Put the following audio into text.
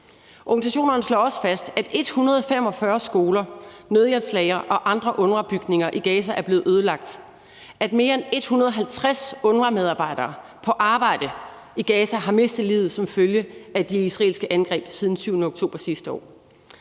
Organisationerne slår også fast, at 145 skoler, nødhjælpslagre og andre UNRWA-bygninger i Gaza er blevet ødelagt, og at mere end 150 UNRWA-medarbejdere på arbejde i Gaza har mistet livet som følge af de israelske angreb siden den 7. oktober sidste år.